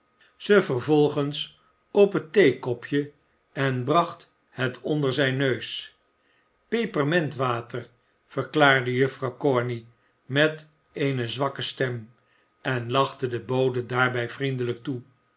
ze vervolgens op het theekopje en bracht het onder zijn neus pepermentwater verklaarde juffrouw corney met eene zwakke stem en lachte den bode daarbij vriendelijk toe